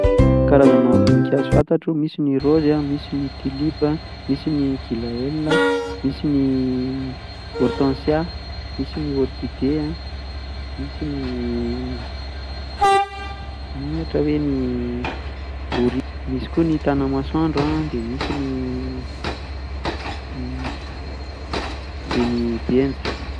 Karazana voninkazo fantatro: misy ny rozy an, misy ny tulipe an, misy ny gilaela, misy ny ortensia, misy ny orkide an, misy ny, ohatra hoe ny lôri- misy koa ny tanamasoandro an, dia misy ny, dia ny benja.